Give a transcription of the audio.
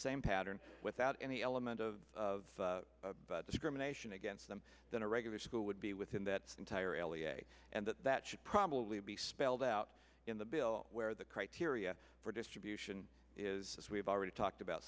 same pattern without any element of discrimination against them than a regular school would be within that entirely a and that that should probably be spelled out in the bill where the criteria for distribution is as we've already talked about